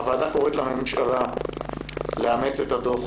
הוועדה קוראת לממשלה לאמץ את הדוח